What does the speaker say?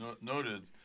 noted